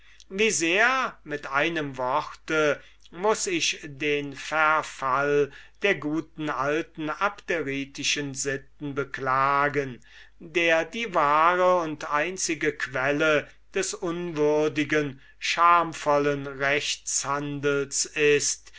wie sehr mit einem wort muß ich den verfall der guten alten abderitischen sitten beklagen der die wahre und einzige quelle des unwürdigen des schamvollen rechtshandels ist